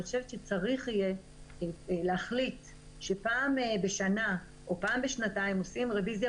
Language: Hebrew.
אני חושבת שצריך יהיה להחליט שפעם בשנה או פעם בשנתיים עושים רוויזיה